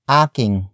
aking